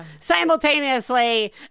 simultaneously